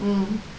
mm